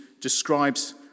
Describes